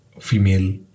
female